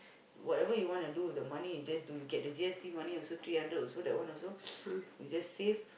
whatever you want to do with the money you just do you get the G_S_T money also three hundred also that one also you just save